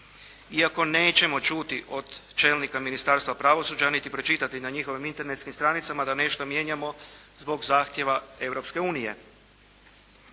Iako nećemo čuti od čelnika Ministarstva pravosuđa, niti pročitati na njihovim internetskim stranicama da nešto mijenjamo zbog zahtjeva